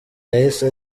yahise